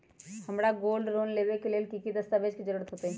हमरा gold loan लेबे के लेल कि कि दस्ताबेज के जरूरत होयेत?